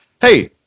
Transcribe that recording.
Hey